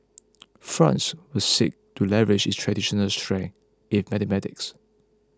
France will seek to leverage its traditional strength in mathematics